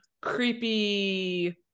creepy